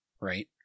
right